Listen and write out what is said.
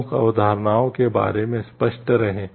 प्रमुख अवधारणाओं के बारे में स्पष्ट रहें